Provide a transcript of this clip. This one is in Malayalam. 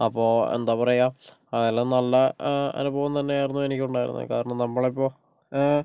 അപ്പോൾ എന്താ പറയുക അതെല്ലാം നല്ല അനുഭവം തന്നെയായിരുന്നു എനിക്ക് ഉണ്ടായിരുന്നത് കാരണം നമ്മൾ ഇപ്പോൾ